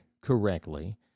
correctly